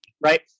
right